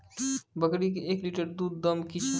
बकरी के एक लिटर दूध दाम कि छ?